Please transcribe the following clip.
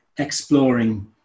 Exploring